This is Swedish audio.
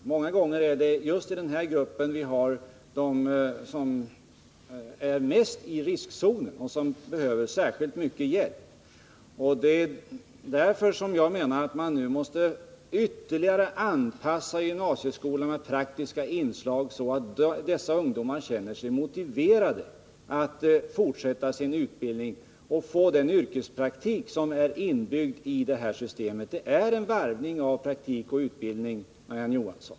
Många gånger är det just i den här gruppen vi har dem som är mest i riskzonen och som behöver särskilt mycket hjälp. Det är därför jag menar att man måste ytterligare anpassa gymnasieskolornas praktiska inslag så att dessa ungdomar känner sig motiverade att fortsätta sin utbildning och få den yrkespraktik som är inbyggd i det här systemet. Det är en varvning av praktik och utbildning, Marie-Ann Johansson.